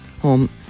home